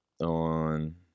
on